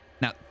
Now